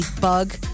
bug